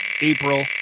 April